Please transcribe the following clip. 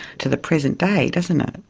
to the present day, doesn't it.